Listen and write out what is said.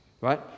Right